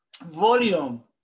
volume